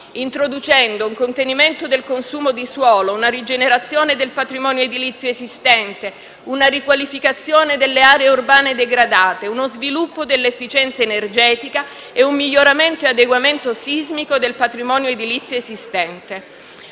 introducendo un contenimento del consumo di suolo, una rigenerazione del patrimonio edilizio esistente, una riqualificazione delle aree urbane degradate, uno sviluppo dell'efficienza energetica e un miglioramento e adeguamento sismico del patrimonio edilizio esistente.